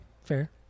fair